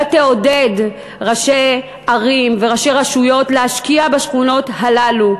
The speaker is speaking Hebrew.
אתה תעודד ראשי ערים וראשי רשויות להשקיע בשכונות האלה,